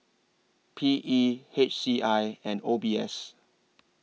P E H C I and O B S